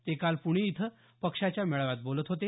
ते काल प्णे इथं पक्षाच्या मेळाव्यात बोलत होते